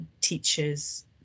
teachers